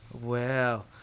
Wow